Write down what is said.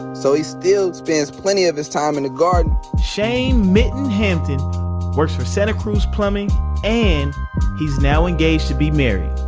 so he still spends plenty of his time in the garden chayne mitten hampton works for santa cruz plumbing and he's now engaged to be married.